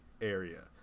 area